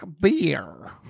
beer